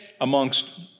amongst